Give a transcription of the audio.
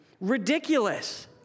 ridiculous